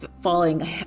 falling